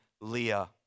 Leah